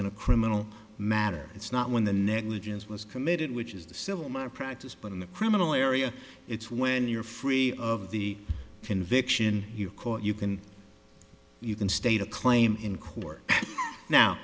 in a criminal matter it's not when the negligence was committed which is the civil my practice but in the criminal area it's when you're free of the conviction you can you can state a claim in court now